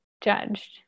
judged